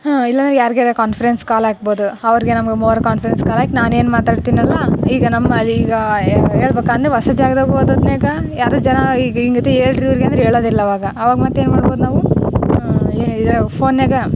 ಹಾ ಇಲ್ಲಂದ್ರೆ ಯಾರ್ಗಾರ ಕಾನ್ಫ್ರೆನ್ಸ್ ಕಾಲ್ ಹಾಕ್ಬೋದು ಅವ್ರ್ಗೆ ನಮ್ಗೆ ಮೂವರು ಕಾನ್ಫರೆನ್ಸ್ ಕಾಲ್ ಹಾಕಿ ನಾನೇನು ಮಾತಾಡ್ತೀನಲ್ಲ ಈಗ ನಮ್ಮಲ್ಲಿ ಈಗ ಹೇಳ್ಬೇಕಂದ್ರೆ ಹೊಸ ಜಾಗ್ದಾಗ ಹೋದದ್ನಾಗ ಯಾರು ಜನ ಈಗ ಹಿಂಗೈತಿ ಹೇಳಿರಿ ಇವ್ರಿಗೆ ಅಂದ್ರೆ ಹೇಳೋದೆ ಇಲ್ಲ ಅವಾಗ ಅವಾಗ ಮತ್ತೇನು ಮಾಡ್ಬೋದು ನಾವು ಏ ಇದ್ರಾಗೂ ಫೋನಿನ್ಯಾಗೆ